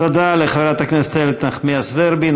תודה לחברת הכנסת איילת נחמיאס ורבין.